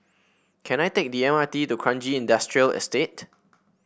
can I take the M R T to Kranji Industrial Estate